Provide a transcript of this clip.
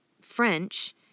French